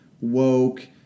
woke